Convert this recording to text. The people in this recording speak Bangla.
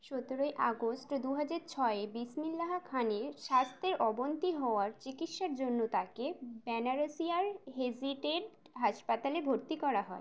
সতেরোই আগস্ট দু হাজার ছয়য়ে বিসমিল্লাহ্ খানের স্বাস্থ্যের অবনতি হওয়ার চিকিৎসার জন্য তাকে বেনারস এর হেরিটেজ হাসপাতালে ভর্তি করা হয়